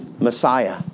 Messiah